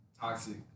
toxic